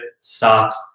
stocks